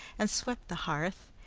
and swept the hearth,